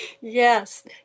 Yes